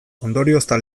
ondoriozta